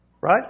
Right